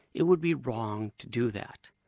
it would be wrong to do that.